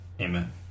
Amen